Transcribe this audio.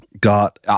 got